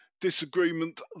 disagreement